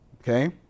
okay